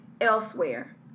elsewhere